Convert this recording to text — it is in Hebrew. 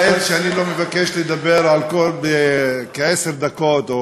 תודו לאל שאני לא מבקש לדבר עשר דקות או